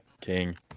king